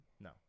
No